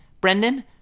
Brendan